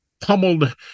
pummeled